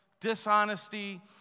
dishonesty